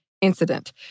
incident